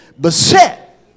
beset